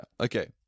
Okay